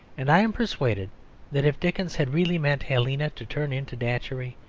and i am persuaded that if dickens had really meant helena to turn into datchery,